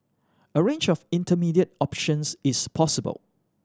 a range of intermediate options is possible